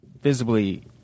visibly